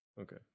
Okay